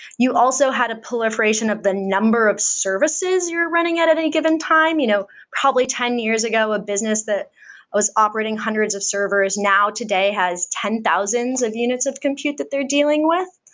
you also had a proliferation of the number of services you're renting at at any given time. you know probably ten years ago, a business that was operating hundreds of servers now today has ten thousands of units of compute that they are dealing with.